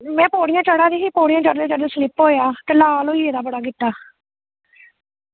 में पौढियां चढ़ा दी ही पौढ़्याि चढ़ने कन्नै स्लिप होया कन्नै लाल होई गेदा गिट्टा